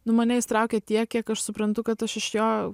nu mane jis traukia tiek kiek aš suprantu kad aš iš jo